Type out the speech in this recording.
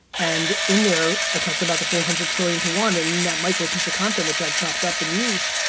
and in there i talked about the four hundred trillion to one. and that micro piece of content which i've chopped up and used,